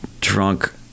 drunk